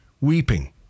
Weeping